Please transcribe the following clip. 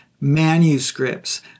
manuscripts